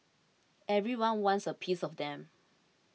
everyone wants a piece of them